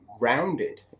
rounded